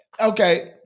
Okay